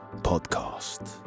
podcast